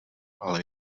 ale